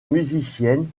musicienne